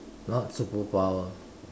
not superpower